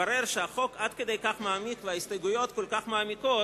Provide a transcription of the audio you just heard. התברר שהחוק עד כדי כך מעמיק וההסתייגויות כל כך מעמיקות,